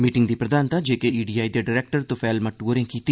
meeting दी प्रधानता JKEDI दे डरैक्टर तुफेल मद्दु होरें कीती